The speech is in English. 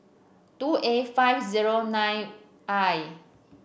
two A five zero nine I